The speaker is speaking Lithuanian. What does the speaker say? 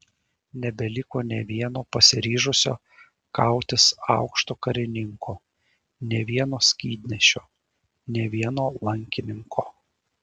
nebeliko nė vieno pasiryžusio kautis aukšto karininko nė vieno skydnešio nė vieno lankininko